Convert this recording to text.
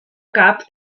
gab